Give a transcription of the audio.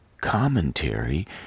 commentary